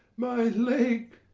my leg!